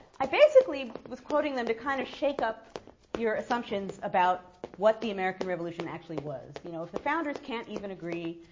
i basically was quoting them to kind of shake up your assumptions about what the american revolution actually was. you know if the founders can't even agree,